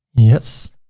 yes.